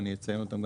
אני אציין אותם,